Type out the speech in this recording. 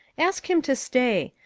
ask him to stay.